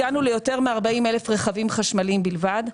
הגענו ליותר מ-40 אלף רכבים חשמליים בלבד.